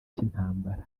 cy’intambara